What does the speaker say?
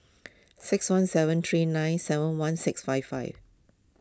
six one seven three nine seven one six five five